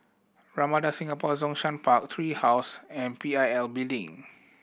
Ramada Singapore Zhongshan Park Tree House and P I L Building